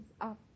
up